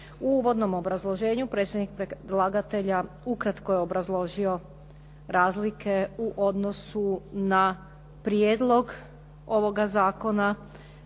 U uvodnom obrazloženju, predstavnik predlagatelja ukratko je obrazložio razlike u odnosu na prijedlog ovoga zakona